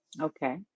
okay